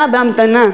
בהמתנה,